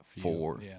four